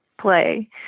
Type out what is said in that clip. play